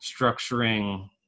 structuring